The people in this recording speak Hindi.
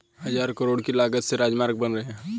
हज़ारों करोड़ की लागत से राजमार्ग बन रहे हैं